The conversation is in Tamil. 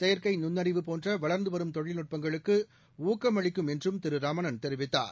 செயற்கை நுண்ணறிவு போன்ற வளா்ந்து வரும் தொழில்நுட்பங்களுக்கு ஊக்கம் அளிக்கும் என்றும் திரு ரமணன் தெரிவித்தார்